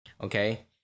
Okay